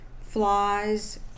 Flies